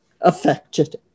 affected